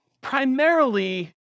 primarily